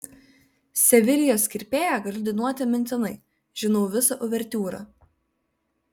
sevilijos kirpėją galiu dainuoti mintinai žinau visą uvertiūrą